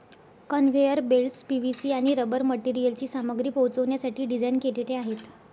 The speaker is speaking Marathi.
कन्व्हेयर बेल्ट्स पी.व्ही.सी आणि रबर मटेरियलची सामग्री पोहोचवण्यासाठी डिझाइन केलेले आहेत